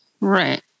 Right